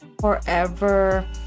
forever